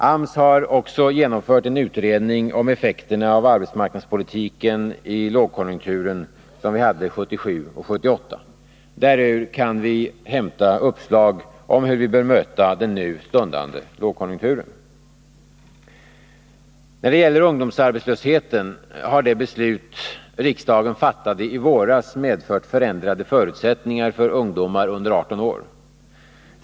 Också AMS har genomfört en utredning om effekterna av arbetsmark nadspolitiken i den lågkonjunktur som vi hade 1977 och 1978. Därur kan vi hämta uppslag om hur vi bör möta den nu stundande lågkonjunkturen. När det gäller ungdomsarbetslösheten har det beslut riksdagen fattade i våras medfört förändrade förutsättningar för ungdomar under 18 år.